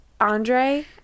Andre